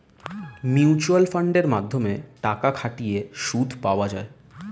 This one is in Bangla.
মিউচুয়াল ফান্ডের মাধ্যমে টাকা খাটিয়ে সুদ পাওয়া যায়